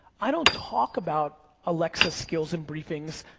i don't talk about alexa skills and briefings,